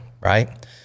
Right